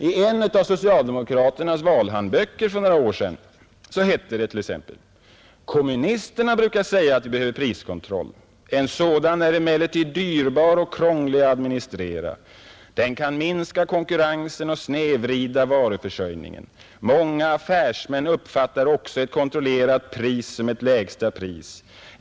I en av socialdemokraternas valhandböcker för några år sedan hette det t.ex.: ”Kommunisterna brukar säga, att vi behöver priskontroll. En sådan är emellertid dyrbar och krånglig att administrera. Den kan minska konkurrensen och snedvrida varuförsörjningen. Många affärsmän uppfattar också ett kontrollerat pris som ett lägsta pris.